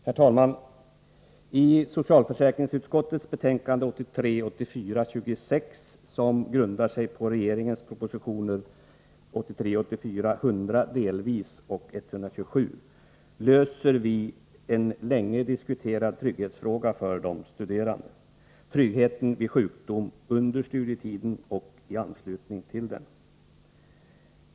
Herr talman! I socialförsäkringsutskottets betänkande 1983 84:100 delvis och 127, löser vi en länge diskuterad trygghetsfråga för de studerande: tryggheten vid sjukdom under studietiden och i anslutning till denna.